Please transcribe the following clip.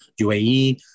UAE